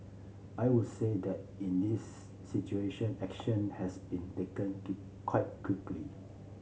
I would say that in this situation action has been taken keep quite quickly